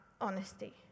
honesty